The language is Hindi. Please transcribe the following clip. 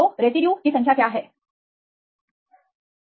So this is the residue number तो रेसिड्यू की संख्या है